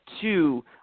two